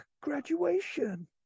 graduation